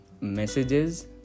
messages